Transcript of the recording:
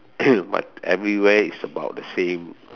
but everywhere is about the same